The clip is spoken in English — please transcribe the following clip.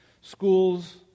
schools